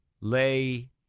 lay